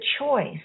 choice